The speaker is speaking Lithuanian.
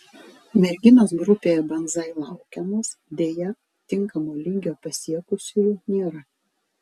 merginos grupėje banzai laukiamos deja tinkamo lygio pasiekusiųjų nėra